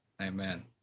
Amen